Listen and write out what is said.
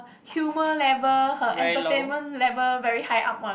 humour level her entertainment level very high up one